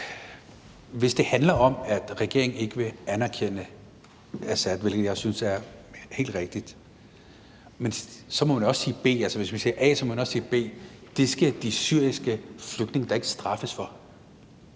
Hvis det handler om, at regeringen ikke vil anerkende Assad, hvilket jeg synes er helt rigtigt, må man, når man har sagt A, også sige B. Det skal de syriske flygtninge da ikke straffes for.